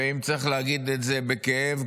וצריך להגיד את זה בכאב,